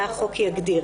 מה החוק יגדיר.